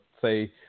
say